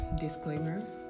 disclaimer